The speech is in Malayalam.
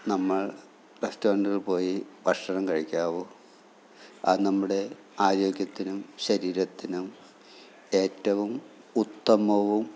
നമ്മൾ റെസ്റ്റോറൻറ്റിൽ പോയി ഭക്ഷണം കഴിക്കാവൂ അത് നമ്മുടെ ആരോഗ്യത്തിനും ശരീരത്തിനും ഏറ്റവും ഉത്തമവും